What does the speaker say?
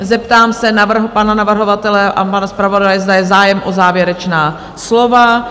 Zeptám se pana navrhovatele a pana zpravodaje, zda je zájem o závěrečná slova?